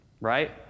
Right